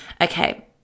Okay